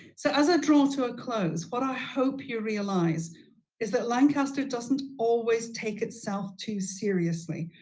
so as i draw to a close, what i hope you realize is that lancaster doesn't always take itself too seriously.